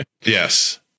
Yes